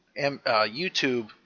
YouTube